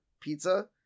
pizza